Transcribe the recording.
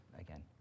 again